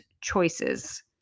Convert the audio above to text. choices